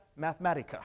Mathematica